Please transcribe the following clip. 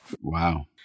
Wow